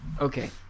Okay